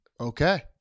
Okay